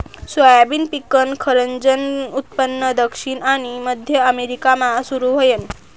soybean पिकनं खरंजनं उत्पन्न दक्षिण आनी मध्य अमेरिकामा सुरू व्हयनं